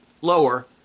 lower